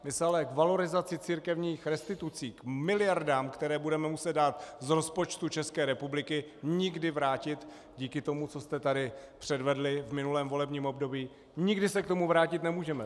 My se ale k valorizaci církevních restitucí, k miliardám, které budeme muset dát z rozpočtu České republiky, nikdy vrátit, díky tomu, co jste tady předvedli v minulém volebním období, nikdy se k tomu vrátit nemůžeme.